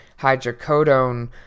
hydrocodone